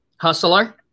Hustler